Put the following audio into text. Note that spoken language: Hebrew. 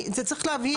זה צריך להבהיר.